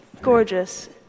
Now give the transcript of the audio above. gorgeous